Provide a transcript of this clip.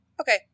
Okay